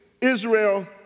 Israel